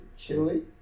Chili